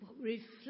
reflect